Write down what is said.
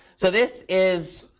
so this is